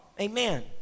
Amen